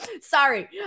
sorry